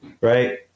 right